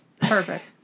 Perfect